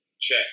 check